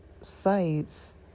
sites